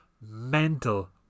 mental